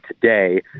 today